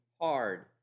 hard